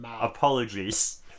apologies